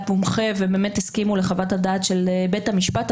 מומחה והסכימו לחוות הדעת של בית המשפט,